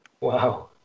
Wow